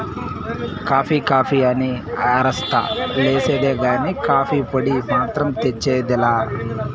coffee coffee అని అరస్తా లేసేదే కానీ, కాఫీ పొడి మాత్రం తెచ్చేది లా